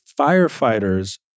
firefighters